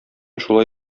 шулай